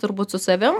turbūt su savim